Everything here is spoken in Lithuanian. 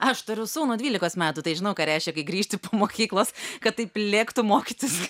aš turiu sūnų dvylikos metų tai žinau ką reiškia kai grįžti po mokyklos kad taip lėktų mokytis